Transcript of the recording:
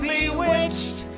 Bewitched